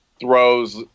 throws